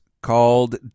called